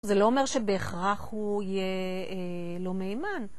זה לא אומר שבהכרח הוא יהיה לא מהימן